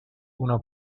una